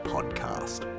Podcast